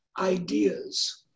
ideas